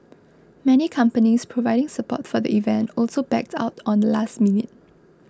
many companies providing support for the event also backed out on the last minute